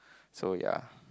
so ya